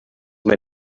mit